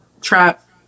trap